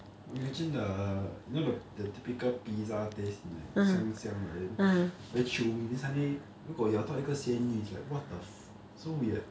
!wah! imagine the you know the typical pizza taste 香香的 then very chewy then suddenly 如果咬到一个鹹魚 is like what the f~ so weird